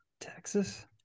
Texas